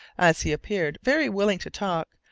as he appeared very willing to talk,